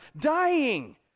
dying